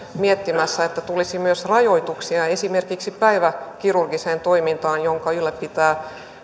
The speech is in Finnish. miettimässä että tulisi myös rajoituksia esimerkiksi päiväkirurgiseen toimintaan jonka ylläpitävät